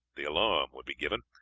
the alarm would be given,